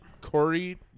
Corey